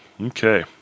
Okay